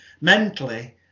mentally